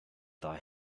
thy